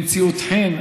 במציאות חן.